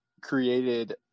created